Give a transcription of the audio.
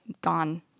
gone